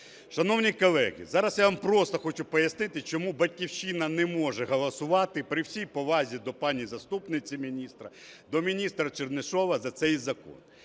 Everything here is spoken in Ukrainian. Шановні колеги, зараз я вам просто хочу пояснити, чому "Батьківщина" не може голосувати, при всій повазі до пані заступниці міністра, до міністра Чернишова, за цей закон.